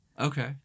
Okay